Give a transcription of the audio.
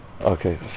Okay